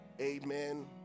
amen